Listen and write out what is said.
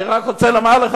אני רק רוצה לומר לך,